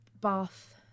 bath